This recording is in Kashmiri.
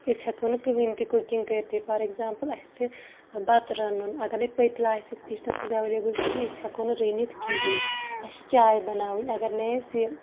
أسۍ ہیٚکو نہٕ کٕہینۍ تہِ کُکِنگ کٔرتھٕے فار اٮ۪کزامپٕل اَسہِ چھِ بَتہٕ رَنُن اَگر نے پٔتلہٕ آسہِ اسہِ کِچنس منٛز ایٚولیبٕل کِہینۍ أسۍ ہٮ۪کو نہٕ رٔنِتھ کِہینۍ اَسہِ چھِ چاے بَناوٕنۍ اَگر نے اَسہِ یہِ